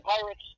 Pirates